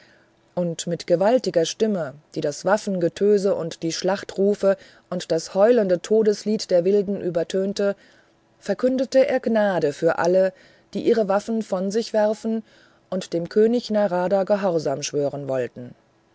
und mit gewaltiger stimme die das waffengetöse und die schlachtrufe und das heulende todeslied der wilden übertönte verkündete er gnade für alle die ihre waffen von sich werfen und dem könig narada gehorsam schwören wollten